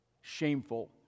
Shameful